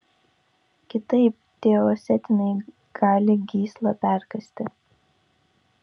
kitaip tie osetinai gali gyslą perkąsti